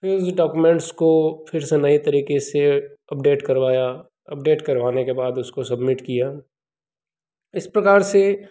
तो उस डॉक्युमेंट्स को फिर से नये तरीक़े से अपडेट करवाया अपडेट करवाने के बाद उसको सबमिट किया इस प्रकार से